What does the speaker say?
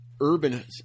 urban